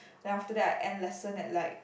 then after that I end lesson at like